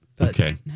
Okay